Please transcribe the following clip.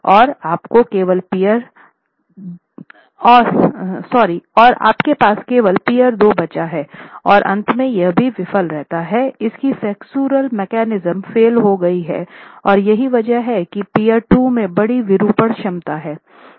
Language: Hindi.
और आपको केवल पीअर 2 बचा है और अंत में वह भी विफल रहता है इसकी फ्लेक्सुरल मैकेनिज़्मफेल हो गई है और यही वजह है कि पीअर 2 में बड़ी विरूपण क्षमता है